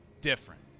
different